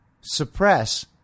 suppress